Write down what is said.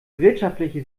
wirtschaftliche